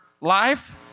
life